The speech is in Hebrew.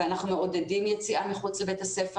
אנחנו מעודדים יציאה מחוץ לבית הספר.